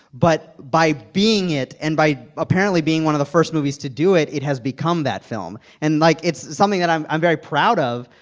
but by being it and by apparently being one of the first movies to do it, it has become that film. and, like, it's something that i'm i'm very proud of,